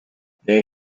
they